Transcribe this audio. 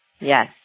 Yes